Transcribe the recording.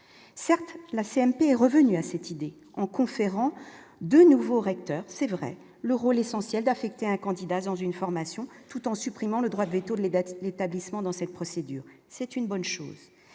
certes la CMP est revenu à cette idée, en conférant de nouveaux recteurs c'est vrai le rôle essentiel d'affecter un candidat dans une formation tout en supprimant le droit de véto les l'établissement dans cette procédure, c'est une bonne chose